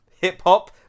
hip-hop